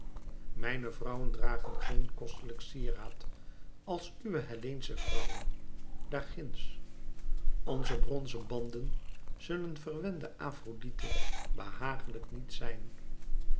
mijne vrouwen dragen geen kostelijk sieraad als uwe helleensche vrouwen daar ginds onze bronzen banden zullen verwende afrodite behagelijk niet zijn